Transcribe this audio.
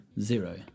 zero